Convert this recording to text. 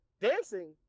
dancing